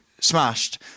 smashed